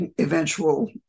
eventual